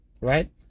right